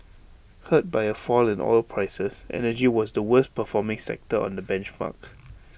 hurt by A fall in oil prices energy was the worst performing sector on the benchmark